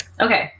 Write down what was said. Okay